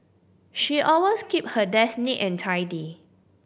she always keep her desk neat and tidy